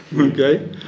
okay